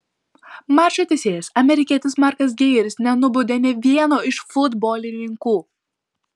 mačo teisėjas amerikietis markas geigeris nenubaudė nė vieno iš futbolininkų